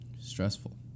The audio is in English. stressful